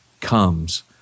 comes